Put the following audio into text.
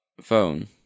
phone